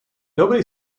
nobody